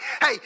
Hey